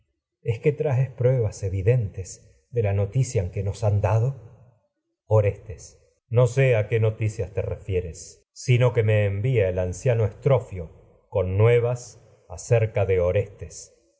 es que traes pruebas que nos a evi dentes de la noticia han dado orestes no sé qué noticia te con refieres sino que acerca me envía el anciano estrofio nuevas de orestes